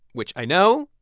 which i know.